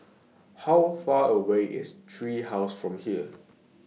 How Far away IS Tree House from here